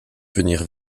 venir